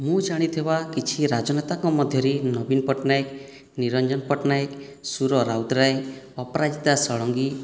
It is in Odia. ମୁଁ ଜାଣିଥିବା କିଛି ରାଜନେତାଙ୍କ ମଧ୍ୟରେ ନବୀନ ପଟ୍ଟନାୟକ ନିରଞ୍ଜନ ପଟ୍ଟନାୟକ ସୁର ରାଉତରାୟ ଅପରାଜିତା ଷଡ଼ଙ୍ଗୀ